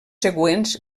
següents